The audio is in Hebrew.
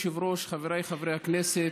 אדוני היושב-ראש, חבריי חברי הכנסת,